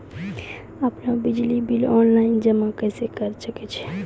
आपनौ बिजली bill online जमा करै सकै छौ?